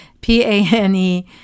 P-A-N-E